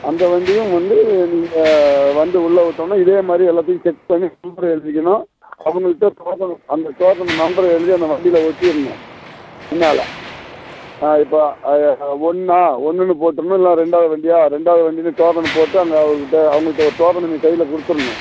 அந்த வண்டியும் வந்து நீங்கள் வந்து உள்ளே விட்டோனே இதே மாதிரி எல்லாத்தையும் செக் பண்ணி நம்பர் எழுதிக்கணும் அவங்கள்ட்ட டோக்கனு அந்த டோக்கனு நம்பரை எழுதி அந்த வண்டியில் ஒட்டிடணும் பின்னால் ஆ இப்போ ஒன்றா ஒன்றுனு போட்டடணும் இல்லை ரெண்டாவது வண்டியா ரெண்டாவது வண்டினு டோக்கனு போட்டு அந்த அவங்க கிட்டே அவங்கள்ட்ட ஒரு டோக்கனு நீ கையில் கொடுத்தர்ணும்